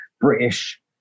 British